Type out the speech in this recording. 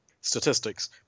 statistics